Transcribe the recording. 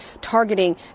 targeting